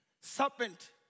serpent